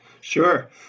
Sure